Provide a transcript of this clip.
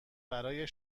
برای